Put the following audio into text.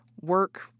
work